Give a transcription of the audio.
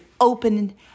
open